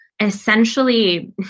essentially